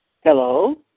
Hello